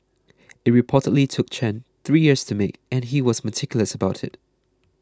it reportedly took Chen three years to make and he was meticulous about it